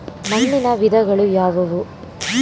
ಮಣ್ಣಿನ ವಿಧಗಳು ಯಾವುವು?